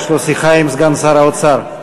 יש לו שיחה עם סגן שר האוצר.